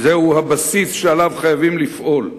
זהו הבסיס שעליו חייבים לפעול.